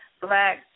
black